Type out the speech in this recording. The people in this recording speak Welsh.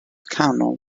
canol